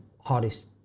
hardest